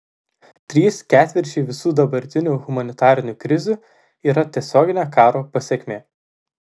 trys ketvirčiai visų dabartinių humanitarinių krizių yra tiesioginė karo pasekmė